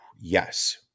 Yes